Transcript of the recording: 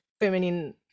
Feminine